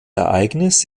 ereignis